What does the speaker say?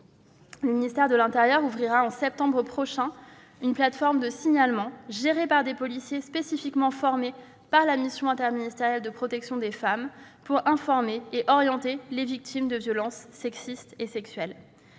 Le ministère de l'intérieur ouvrira en septembre prochain une plateforme de signalement, gérée par des policiers spécifiquement formés par la mission interministérielle pour la protection des femmes, pour informer et orienter les victimes de violences sexistes et sexuelles.